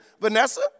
Vanessa